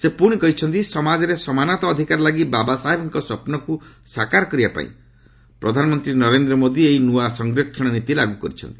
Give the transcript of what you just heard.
ସେ ପୁଣି କହିଛନ୍ତି ସମାଜରେ ସମାନତା ଅଧିକାର ଲାଗି ବାବା ସାହେବଙ୍କ ସ୍ୱପ୍ନକୁ ସାକାର କରିବା ପାଇଁ ପ୍ରଧାନମନ୍ତ୍ରୀ ନରେନ୍ଦ ମୋଦି ଏହି ନୃତନ ସଂରକ୍ଷଣ ନୀତି ଲାଗୁ କରିଛନ୍ତି